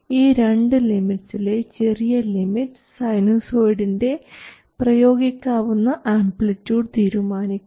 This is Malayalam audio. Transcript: ഈ രണ്ടു ലിമിറ്റ്സിലെ ചെറിയ ലിമിറ്റ് സൈനുസോഡിൻറെ പ്രയോഗിക്കാവുന്ന ആംപ്ലിട്യൂഡ് തീരുമാനിക്കും